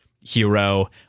hero